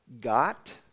got